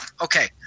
Okay